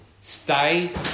Stay